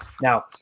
Now